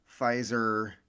Pfizer